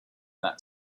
that